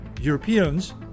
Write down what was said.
Europeans